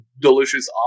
delicious